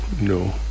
no